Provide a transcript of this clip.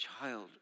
child